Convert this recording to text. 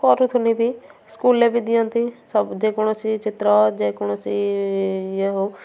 କରୁଥିଲି ବି ସ୍କୁଲରେ ବି ଦିଅନ୍ତି ସବୁ ଯେ କୌଣସି ଚିତ୍ର ଯେ କୌଣସି ଇଏ ହେଉ